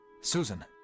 Susan